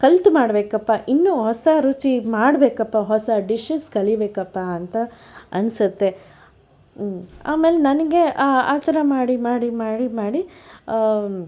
ಕಲ್ತು ಮಾಡಬೇಕಪ್ಪ ಇನ್ನೂ ಹೊಸ ರುಚಿ ಮಾಡಬೇಕಪ್ಪ ಹೊಸ ಡಿಶಸ್ ಕಲೀಬೇಕಪ್ಪ ಅಂತ ಅನ್ಸುತ್ತೆ ಆಮೇಲೆ ನನಗೆ ಆ ಥರ ಮಾಡಿ ಮಾಡಿ ಮಾಡಿ ಮಾಡಿ